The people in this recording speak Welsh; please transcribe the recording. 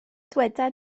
dyweda